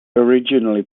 originally